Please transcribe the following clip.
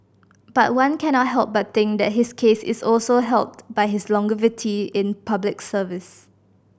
but one cannot help but think that his case is also helped by his longevity in Public Service